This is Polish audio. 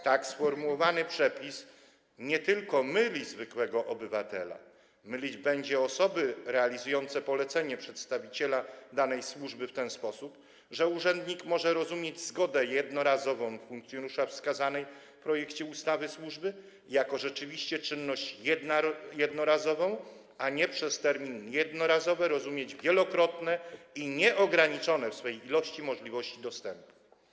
Tak sformułowany przepis nie tylko myli zwykłego obywatela, ale mylić będzie też osoby realizujące polecenie przedstawiciela danej służby w ten sposób, że urzędnik może rozumieć zgodę jednorazową funkcjonariusza wskazanej w projekcie ustawy służby jako rzeczywiście czynność jednorazową, a nie przez termin „jednorazowe” rozumieć wielokrotne i nieograniczone w swej ilości możliwości dostępu.